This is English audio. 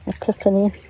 Epiphany